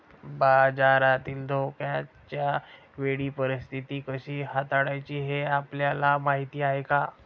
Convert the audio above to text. बाजारातील धोक्याच्या वेळी परीस्थिती कशी हाताळायची हे आपल्याला माहीत आहे का?